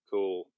Cool